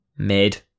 Mid